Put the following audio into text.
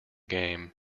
game